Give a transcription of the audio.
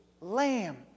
lamb